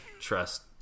trust